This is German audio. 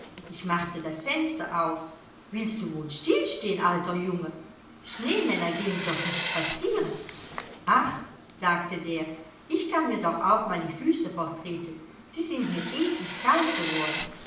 ich machte das fenster auf willst du wohl still stehn alter junge schneemänner gehn doch nicht spazieren ach sagte der ich kann mir doch auch mal die füße vertreten sie sind mir eklig kalt geworden